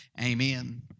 amen